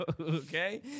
Okay